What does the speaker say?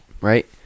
right